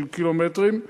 של קילומטרים,